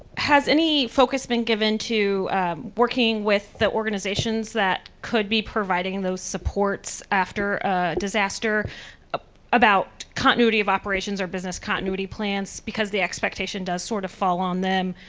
has any focus been given to working with the organizations that could be providing those supports after a disaster ah about continuity of operations or business continuity plans? because the expectation does sort of fall on them,